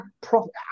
profit